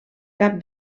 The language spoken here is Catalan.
cap